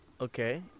Okay